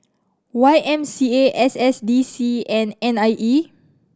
Y M C A S S D C and N I E